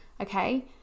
okay